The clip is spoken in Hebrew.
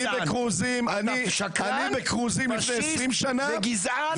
אני בכרוזים לפני 20 שנה -- שקרן, פשיסט, גזען.